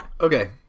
Okay